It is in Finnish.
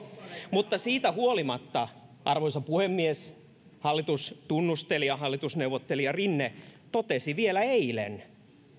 mutta siitä huolimatta arvoisa puhemies hallitustunnustelija hallitusneuvottelija rinne totesi vielä eilen